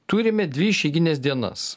turime dvi išeigines dienas